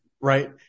Right